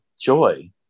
joy